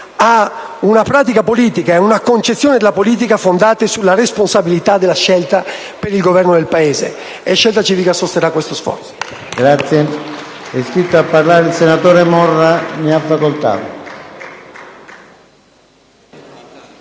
ad una pratica politica e ad una concezione della politica fondata sulla responsabilità della scelta per il governo del Paese. Scelta Civica sosterrà questo sforzo.